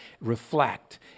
reflect